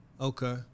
Okay